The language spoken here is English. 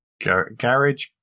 garage